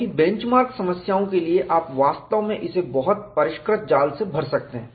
क्योंकि benchmark समस्याओं के लिए आप वास्तव में इसे बहुत परिष्कृत जाल रिफाइन मेश से भर सकते हैं